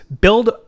build